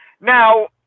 Now